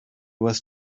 was